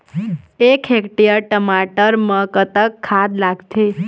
एक हेक्टेयर टमाटर म कतक खाद लागथे?